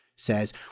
says